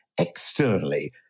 externally